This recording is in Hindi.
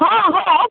हाँ है